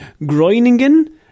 Groeningen